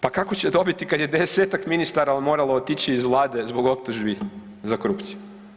Pa kako će dobiti kad je desetak ministara moralo otići iz Vlade zbog optužbi za korupciju?